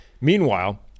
Meanwhile